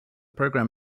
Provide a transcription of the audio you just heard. program